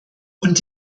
und